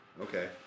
okay